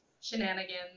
shenanigans